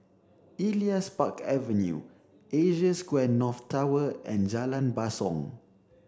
Elias Park Avenue Asia Square North Tower and Jalan Basong